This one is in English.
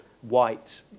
white